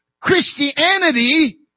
Christianity